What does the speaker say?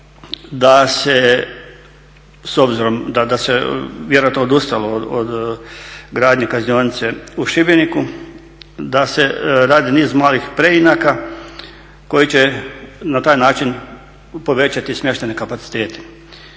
da se s obzirom vjerojatno se odustalo od gradnje kaznionice u Šibeniku, da se radi niz malih preinaka koji će na taj način povećati smještajne kapacitete.